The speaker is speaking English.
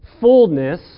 Fullness